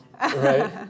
Right